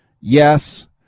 yes